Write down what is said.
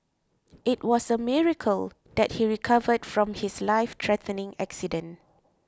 it was a miracle that he recovered from his lifethreatening accident